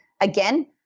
Again